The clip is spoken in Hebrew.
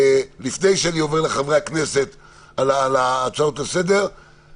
לפני שאני עובר להצעות לסדר של חברי הכנסת,